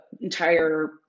entire